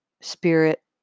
spirit